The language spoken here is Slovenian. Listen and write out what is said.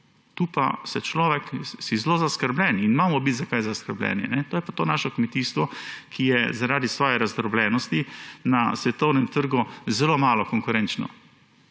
Tu pa si zelo zaskrbljen in imamo biti za kaj zaskrbljeni. To je pa to naše kmetijstvo, ki je zaradi svoje razdrobljenosti na svetovnem trgu zelo malo konkurenčno.